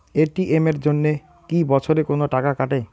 ATM এর জন্যে কি বছরে কোনো টাকা কাটে?